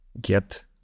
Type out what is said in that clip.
get